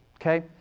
Okay